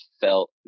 felt